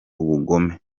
ubugome